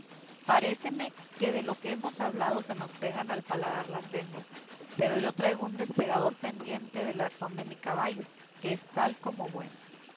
dijo paréceme que de lo que hemos hablado se nos pegan al paladar las lenguas pero yo traigo un despegador pendiente del arzón de mi caballo que es tal como bueno